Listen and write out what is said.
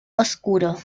oscuro